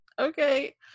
okay